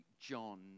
John